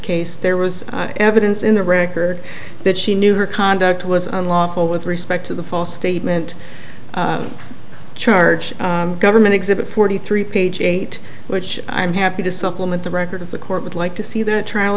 case there was evidence in the record that she knew her conduct was unlawful with respect to the false statement charge government exhibit forty three page eight which i'm happy to supplement the record of the court would like to see that trial